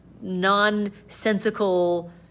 nonsensical